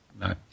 No